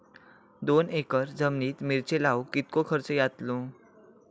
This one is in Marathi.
दोन एकर जमिनीत मिरचे लाऊक कितको खर्च यातलो?